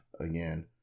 again